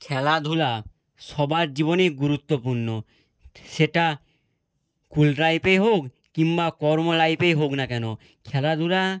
খেলাধুলা সবার জীবনেই গুরুত্বপূর্ণ সেটা স্কুল লাইফে হোক কিংবা কর্ম লাইফেই হোক না কেন খেলাধুলা